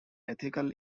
ethical